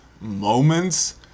moments